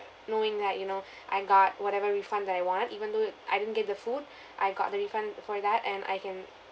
knowing that you know I got whatever refund that I want even though I didn't get the food I got the refund for that and I can